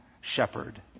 shepherd